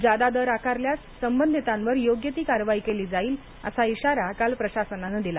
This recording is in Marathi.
जादा दर आकारल्यास संबंधितांवर योग्य ती कारवाई केली जाईल असा इशारा काल प्रशासनानं दिला